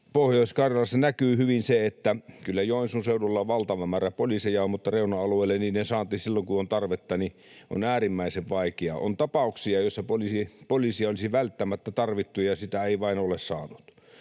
Pohjois-Karjalassa se näkyy hyvin: kyllä Joensuun seudulla valtava määrä poliiseja on, mutta reuna-alueille niiden saanti silloin, kun on tarvetta, on äärimmäisen vaikeaa. On tapauksia, joissa poliisia olisi välttämättä tarvittu ja sitä ei vain ole saanut.